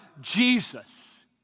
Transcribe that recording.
Jesus